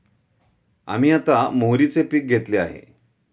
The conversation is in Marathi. आम्ही आता मोहरीचे पीक घेतले आहे